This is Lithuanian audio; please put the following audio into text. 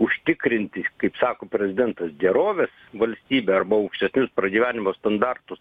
užtikrinti kaip sako prezidentas gerovės valstybę arba aukštesnius pragyvenimo standartus